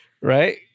Right